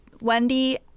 Wendy